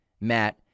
Matt